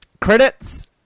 Credits